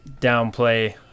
downplay